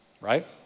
right